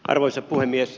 arvoisa puhemies